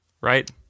right